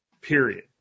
Period